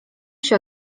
się